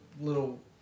little